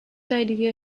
idea